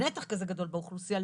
נתח כזה גדול באוכלוסייה,